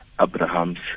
Abrahams